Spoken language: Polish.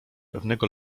pewnego